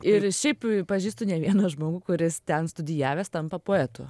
ir šiaip pažįstu ne vieną žmogų kuris ten studijavęs tampa poetu